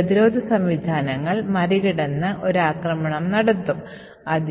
അതിൽ റിട്ടേൺ വിലാസം അടങ്ങിയിരിക്കും അതിനുശേഷം അതിന്